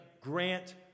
grant